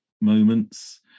moments